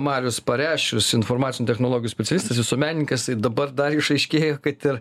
marius pareščius informacinių technologijų specialistas visuomenininkas ir dabar dar išaiškėjo kad ir